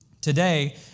Today